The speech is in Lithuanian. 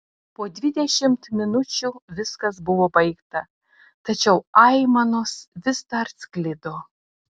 po dvidešimt minučių viskas buvo baigta tačiau aimanos vis dar sklido